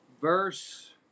verse